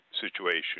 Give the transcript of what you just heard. situation